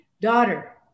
daughter